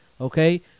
okay